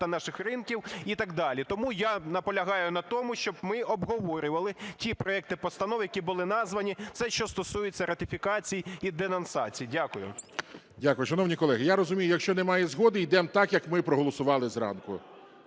наших ринків і так далі. Тому я наполягаю на тому, щоб ми обговорювали ті проекти постанов, які були названі, це що стосується ратифікацій і денонсацій. Дякую. ГОЛОВУЮЧИЙ. Дякую. Шановні колеги, я розумію, якщо немає згоди – йдемо так, як ми і проголосували зранку.